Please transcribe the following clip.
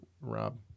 Rob